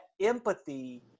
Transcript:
empathy